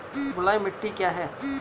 बलुई मिट्टी क्या है?